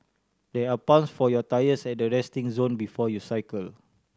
there are pumps for your tyres at the resting zone before you cycle